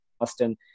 Austin